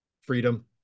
freedom